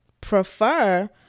prefer